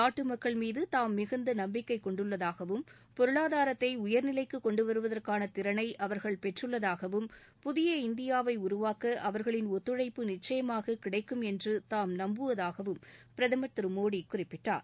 நாட்டு மக்கள் மீது தாம் மிகுந்த நம்பிக்கை கொண்டுள்ளதாகவும் பொருளாதாரத்தை உயர்நிலைக்கு கொண்டு வருவதற்கான திறனை அவர்கள் பெற்றுள்ளதாகவும் புதிய இந்தியாவை உருவாக்க அவர்களின் ஒத்துழைப்பு நிச்சயமாகக் கிடைக்கும் என்று தாம் நம்புவதாகவும் பிரதமர் மோடி குறிப்பிட்டார்